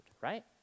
right